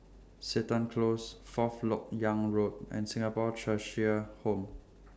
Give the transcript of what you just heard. Seton Close Fourth Lok Yang Road and Singapore Cheshire Home